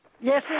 Yes